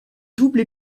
double